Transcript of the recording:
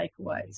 takeaways